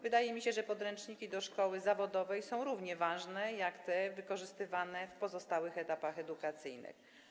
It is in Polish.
Wydaje mi się, że podręczniki do szkoły zawodowej są równie ważne jak te wykorzystywane na pozostałych etapach edukacyjnych.